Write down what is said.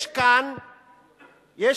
יש כאן ניסיון